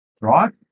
right